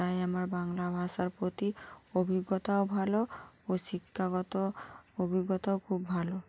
তাই আমার বাংলা ভাষার প্রতি অভিজ্ঞতাও ভালো ও শিক্ষাগত অভিজ্ঞতাও খুব ভালো